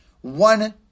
one